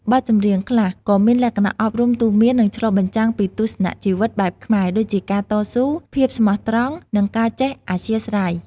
បទចម្រៀងខ្លះក៏មានលក្ខណៈអប់រំទូន្មាន និងឆ្លុះបញ្ចាំងពីទស្សនៈជីវិតបែបខ្មែរ ដូចជាការតស៊ូ ភាពស្មោះត្រង់ និងការចេះអធ្យាស្រ័យ។